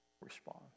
respond